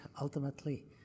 ultimately